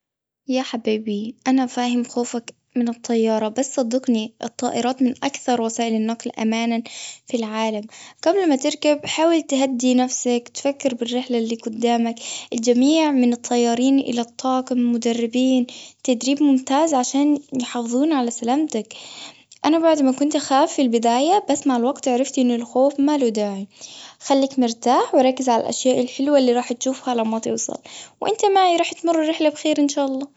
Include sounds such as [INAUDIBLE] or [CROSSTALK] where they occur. يا حبيبي، أنا فاهم خوفك من الطيارة، بس صدقني، الطائرات من أكثر وسائل النقل أماناً في العالم. قبل ما تركب [NOISE] حاول تهدي نفسك، تفكر بالرحلة اللي قدامك. [NOISE] الجميع من الطيارين إلى الطاقم، مدربين تدريب ممتاز، عشان يحافظون على سلامتك. أنا بعد ما كنت أخاف في البداية، بس مع الوقت، عرفت إن الخوف ما له داعي. خليك مرتاح، وركز على الأشياء الحلوة اللي راح تشوفها لما توصل. وانت معي راح تمر الرحلة بخير إن شاء الله.